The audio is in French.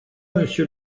monsieur